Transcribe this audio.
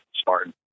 Spartan